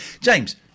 James